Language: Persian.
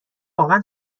واقعا